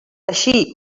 així